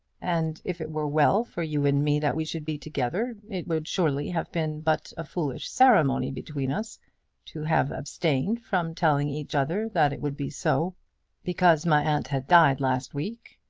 and if it were well for you and me that we should be together, it would surely have been but a foolish ceremony between us to have abstained from telling each other that it would be so because my aunt had died last week.